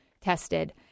tested